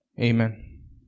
Amen